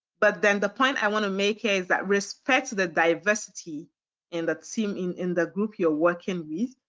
but then the point i want to make here is that respect the diversity in the team, in in the group you're working with.